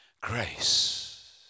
grace